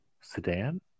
sedan